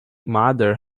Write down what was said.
mother